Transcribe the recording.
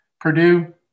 Purdue